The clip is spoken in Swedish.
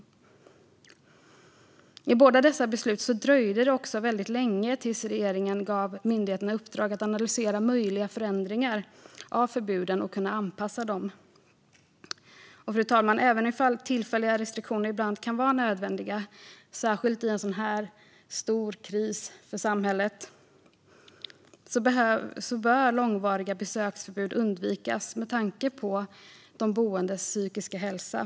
När det gäller båda dessa beslut dröjde det också länge innan regeringen gav myndigheterna i uppdrag att analysera möjliga förändringar och anpassningar av förbuden. Fru talman! Även om tillfälliga restriktioner ibland kan vara nödvändiga, särskilt vid en sådan här stor kris för samhället, bör långvariga besöksförbud undvikas med tanke på de boendes psykiska hälsa.